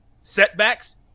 setbacks